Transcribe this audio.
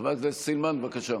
חברת הכנסת סילמן, בבקשה.